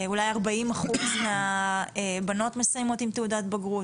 אולי ארבעים אחוז מהבנות מסיימות עם תעודת בגרות.